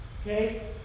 Okay